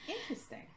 Interesting